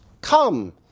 Come